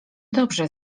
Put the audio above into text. dobrze